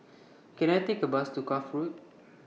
Can I Take A Bus to Cuff Road